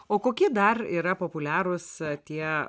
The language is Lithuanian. o kokie dar yra populiarūs tie